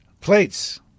plates